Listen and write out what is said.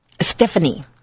Stephanie